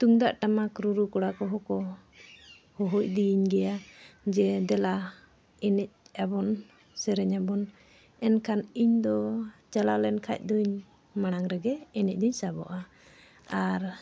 ᱛᱩᱢᱫᱟᱜ ᱴᱟᱢᱟᱠ ᱨᱩᱨᱩ ᱠᱚᱲᱟ ᱠᱚᱦᱚᱸ ᱠᱚ ᱦᱚᱦᱚ ᱤᱫᱤᱭᱤᱧ ᱜᱮᱭᱟ ᱡᱮ ᱫᱮᱞᱟ ᱮᱱᱮᱡ ᱟᱵᱚᱱ ᱥᱮᱨᱮᱧ ᱟᱵᱚᱱ ᱮᱱᱠᱷᱟᱱ ᱤᱧᱫᱚ ᱪᱟᱞᱟᱣ ᱞᱮᱱ ᱠᱷᱟᱡ ᱫᱚᱧ ᱢᱟᱲᱟᱝ ᱨᱮᱜᱮ ᱮᱱᱮᱡ ᱫᱚᱧ ᱥᱟᱵᱚᱜᱼᱟ ᱟᱨ